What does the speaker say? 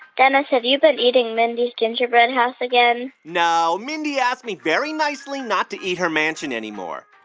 dennis, have you been eating mindy's gingerbread house again? no. mindy asked me very nicely not to eat her mansion anymore.